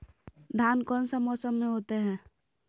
धान कौन सा मौसम में होते है?